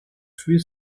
three